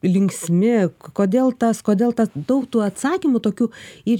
linksmi kodėl tas kodėl ta daug tų atsakymų tokių ir